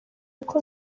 uko